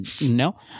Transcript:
No